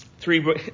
Three